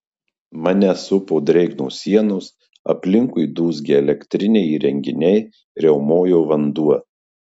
mane supo drėgnos sienos aplinkui dūzgė elektriniai įrenginiai riaumojo vanduo